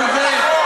גם זה שקר.